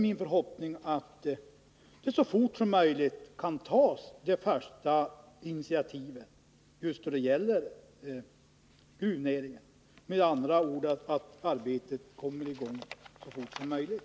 Min förhoppning blir då att det första initiativet skall tas snarast just för gruvnäringen, så att arbetet där kan komma i gång så fort som möjligt.